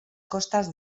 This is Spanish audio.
costas